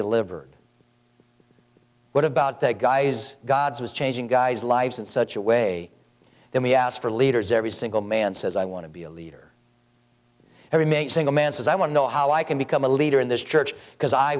delivered what about that guy's gods was changing guy's lives in such a way that he asked for leaders every single man says i want to be a leader and remain single man says i want to know how i can become a leader in this church because i